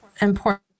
important